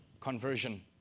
conversion